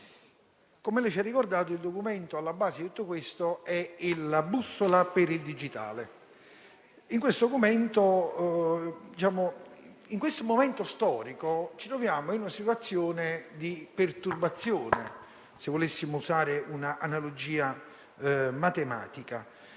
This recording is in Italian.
Come ci ha ricordato, il documento alla base di tutto questo è la cosiddetta bussola per il digitale. In questo momento storico ci troviamo in una situazione di perturbazione (se volessimo usare un'analogia matematica)